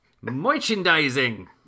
Merchandising